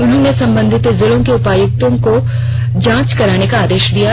उन्होंने संबंधित जिलों के उपायुक्तों को जांच करने के आदेश दिये